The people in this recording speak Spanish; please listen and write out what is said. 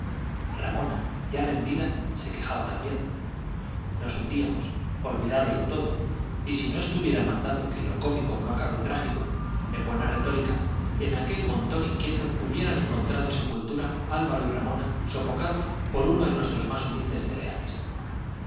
ramona ya rendida se quejaba también nos hundíamos olvidados de todo y si no estuviera mandado que lo cómico no acabe en trágico en buena retórica en aquel montón inquieto hubieran encontrado sepultura álvaro y ramona sofocados por uno de nuestros más humildes cereales